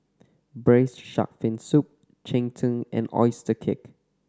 Braised Shark Fin Soup cheng tng and oyster cake